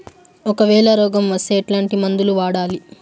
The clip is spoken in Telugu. ఒకవేల రోగం వస్తే ఎట్లాంటి మందులు వాడాలి?